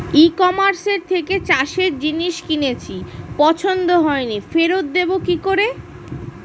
ই কমার্সের থেকে চাষের জিনিস কিনেছি পছন্দ হয়নি ফেরত দেব কী করে?